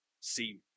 see